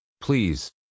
Please